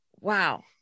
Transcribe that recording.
Wow